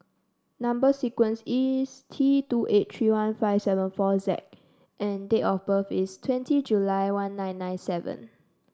number sequence is T two eight three one five seven four Z and date of birth is twenty July one nine nine seven